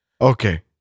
okay